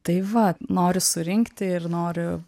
tai va noriu surinkti ir noriu